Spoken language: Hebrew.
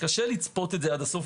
קשה לצפות את זה עד הסוף,